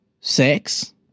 sex